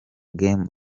game